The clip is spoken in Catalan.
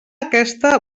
aquesta